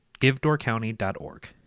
givedoorcounty.org